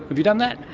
have you done that?